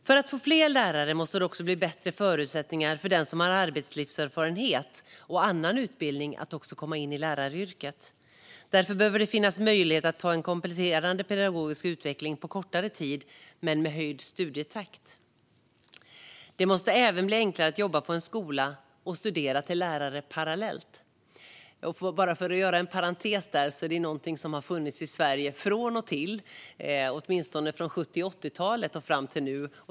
För att vi ska få fler lärare måste det också bli bättre förutsättningar för den som har arbetslivserfarenhet och annan utbildning att komma in i läraryrket. Det behöver därför finnas möjlighet att gå en kompletterande pedagogisk utbildning på kortare tid, med höjd studietakt. Det måste även bli enklare att jobba på en skola och studera till lärare parallellt. För att bara göra en parentes här är detta någonting som har funnits i Sverige från och till sedan åtminstone 70 och 80-talen och fram till nu.